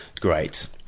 great